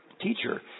teacher